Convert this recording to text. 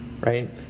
right